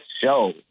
show